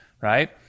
right